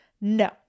No